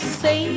say